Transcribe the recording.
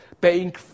paying